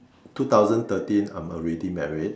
two thousand thirteen I'm already married